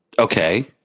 Okay